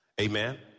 Amen